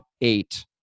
eight